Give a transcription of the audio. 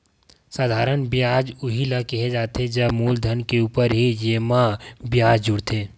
साधारन बियाज उही ल केहे जाथे जब मूलधन के ऊपर ही जेमा बियाज जुड़थे